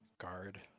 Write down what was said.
guard